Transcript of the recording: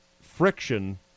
Friction